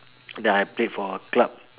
then I played for a club